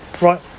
Right